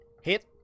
hit